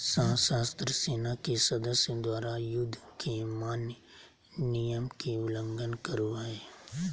सशस्त्र सेना के सदस्य द्वारा, युद्ध के मान्य नियम के उल्लंघन करो हइ